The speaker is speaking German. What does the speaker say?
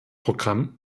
programm